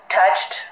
touched